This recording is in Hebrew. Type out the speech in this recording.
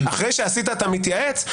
אחרי שעשית אתה מתייעץ?